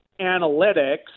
analytics